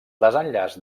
desenllaç